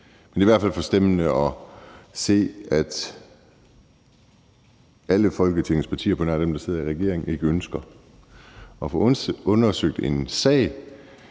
Men det er i hvert fald forstemmende at se, at alle Folketingets partier på nær dem, der sidder i regering, ikke ønsker at få undersøgt en sag,